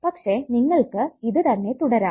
പക്ഷെ നിങ്ങൾക്ക് ഇത് തന്നെ തുടരാം